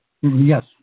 Yes